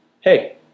hey